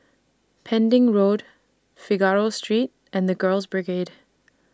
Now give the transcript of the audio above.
Pending Road Figaro Street and The Girls Brigade